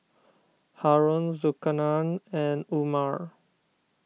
Haron Zulkarnain and Umar